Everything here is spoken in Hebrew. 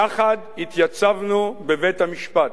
יחד התייצבנו בבית-המשפט.